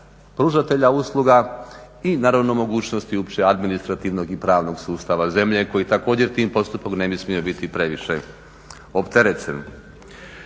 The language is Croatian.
pružatelja usluga i naravno mogućnosti uopće administrativnog i pravnog sustava zemlje koji također tim postupkom ne bi smio biti previše opterećen.